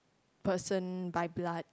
person by blood